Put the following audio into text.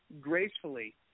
gracefully